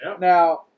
now